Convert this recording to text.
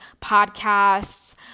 podcasts